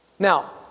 Now